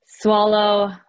swallow